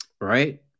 right